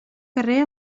carrer